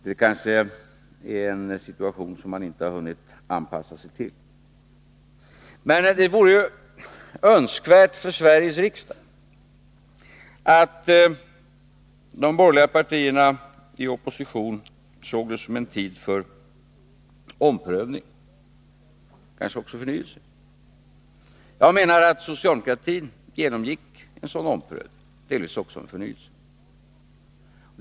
Det kanske är en situation som man inte har hunnit anpassa sig till. Men det vore önskvärt för Sveriges riksdag att de borgerliga partierna i opposition såg det som en tid för omprövning, kanske också förnyelse. Socialdemokratin genomgick en sådan omprövning och delvis också en förnyelse.